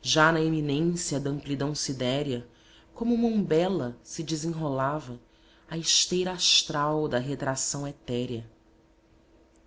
já na eminência da amplidão sidérea como uma umbela se desenrolava a esteira astral da retração etérea